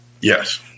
Yes